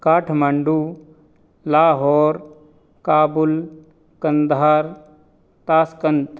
Kathmandu Lahore Kabul Kandahar Tashkent